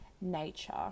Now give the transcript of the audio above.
nature